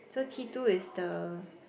so T two is the